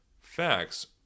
facts